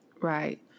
right